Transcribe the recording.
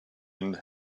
and